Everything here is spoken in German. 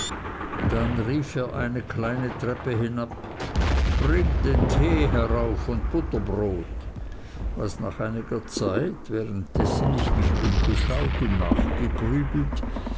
dann rief er eine kleine treppe hinab bringt den tee herauf und butterbrot was nach einiger zeit währenddessen ich mich umgeschaut und